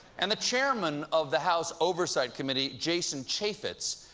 and the chairman of the house oversight committee, jason chaffetz,